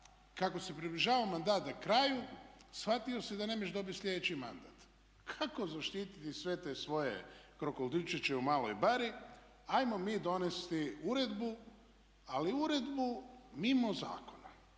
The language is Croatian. kako se približavao mandat kraju shvatilo se da ne možeš dobiti sljedeći mandat. Kako zaštititi sve te svoje krokodilčiće u maloj bari? Ajmo mi donijeti uredbu, ali uredbu mimo zakona.